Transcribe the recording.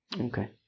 Okay